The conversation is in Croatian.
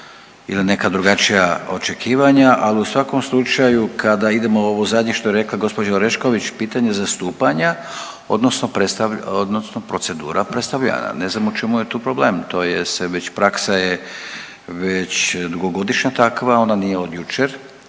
ili neka drugačija očekivanja, ali u svakom slučaju, kada idemo ovo zadnje, što je rekla gđa. Orešković, pitanje zastupanja odnosno procedura .../Govornik se ne razumije./... ne znam u čemu je tu problem, to je se već praksa je već dugogodišnja takva, ona nije od jučer,